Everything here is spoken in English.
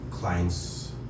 Clients